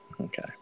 okay